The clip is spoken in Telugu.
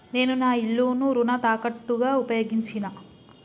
నేను నా ఇల్లును రుణ తాకట్టుగా ఉపయోగించినా